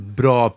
bra